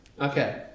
Okay